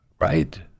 right